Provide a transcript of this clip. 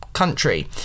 country